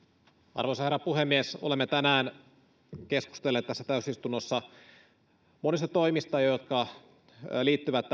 arvoisa herra puhemies olemme tänään keskustelleet tässä täysistunnossa monista toimista jotka liittyvät